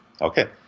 Okay